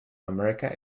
america